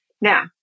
Now